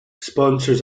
sponsors